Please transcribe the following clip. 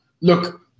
Look